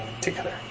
together